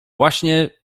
właśnie